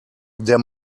der